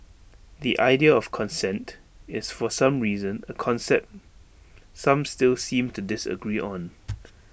the idea of consent is for some reason A concept some still seem to disagree on